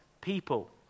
people